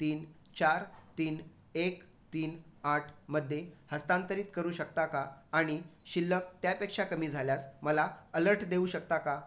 तीन चार तीन एक तीन आठमध्ये हस्तांतरित करू शकता का आणि शिल्लक त्यापेक्षा कमी झाल्यास मला अलर्ट देऊ शकता का